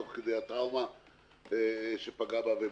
תוך כדי הטראומה שפגעה בה.